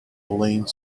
elaine